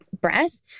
breath